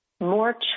more